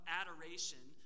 adoration